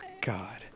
God